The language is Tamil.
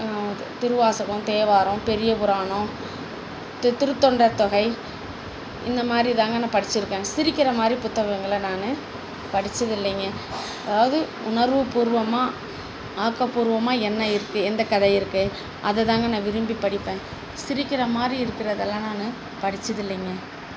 திருவாசகம் தேவாரம் பெரியப்புராணம் தித் திருத்தொண்டர்தொகை இந்த மாதிரிதாங்க நா படிச்சுருக்கேன் சிரிக்கின்ற மாதிரி புத்தகங்களை நானு படிச்சது இல்லைங்க அதாவது உணர்வுப்பூர்வமாக ஆக்கப்பூர்வமாக என்ன இருக்குது எந்த கதை இருக்குது அதைதாங்க நான் விரும்பிப் படிப்பேன் சிரிக்கின்ற மாதிரி இருக்கிறதெல்லாம் நான் படிச்சதில்லைங்க